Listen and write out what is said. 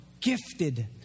gifted